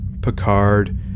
Picard